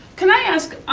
can i ask,